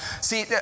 See